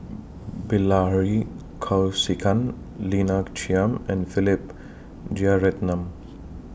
Bilahari Kausikan Lina Chiam and Philip Jeyaretnam